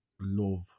love